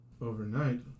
Overnight